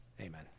amen